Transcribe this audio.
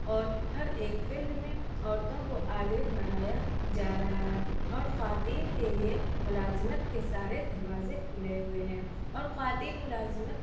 اور ہر ایک فیلڈ میں عورتوں کو آگے بڑھایا جا رہا ہے اور خواتین کے لیے ملازمت کے سارے دروازے کھلے ہوئے ہیں اور خواتین ملازمت